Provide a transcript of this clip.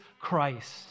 Christ